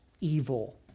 evil